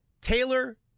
Taylor